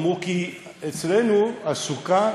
אמרו: כי אצלנו הסוכה